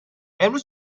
امروز